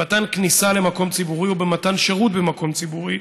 במתן כניסה למקום ציבורי ובמתן שירות במקום ציבורי,